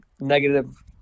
negative